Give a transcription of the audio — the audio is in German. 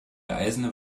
eisene